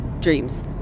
dreams